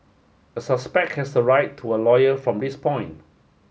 a suspect has the right to a lawyer from this point